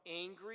angry